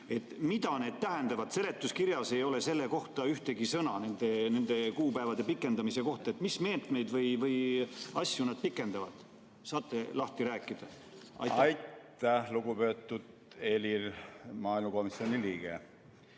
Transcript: Mida need tähendavad? Seletuskirjas ei ole selle kohta ühtegi sõna, nende kuupäevade pikendamise kohta. Mis meetmeid või asju nad pikendavad? Saate lahti rääkida? Aitäh! Austatud komisjoni esimees!